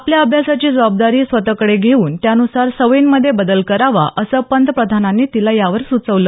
आपल्या अभ्यासाची जबाबदारी स्वतःकडे घेऊन त्यानुसार सवयींमध्ये बदल करावा असं पंतप्रधानांनी तिला यावर सुचवलं